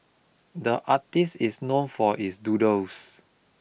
the artist is known for his doodles